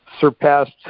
surpassed